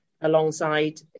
alongside